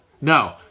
No